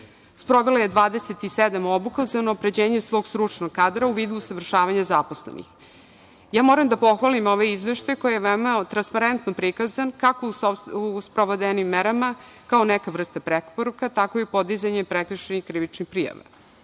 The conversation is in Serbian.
Sprovela je 27 obuka za unapređenje svog stručnog kadra u vidu usavršavanja zaposlenih. Moram da pohvalim ovaj izveštaj koji je veoma transparentno prikazan, kako u sprovedenim merama, kao neka vrsta preporuke, tako i u podizanju prekršajnih krivičnih prijava. Ja